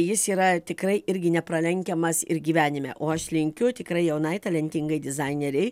jis yra tikrai irgi nepralenkiamas ir gyvenime o aš linkiu tikrai jaunai talentingai dizainerei